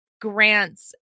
Grant's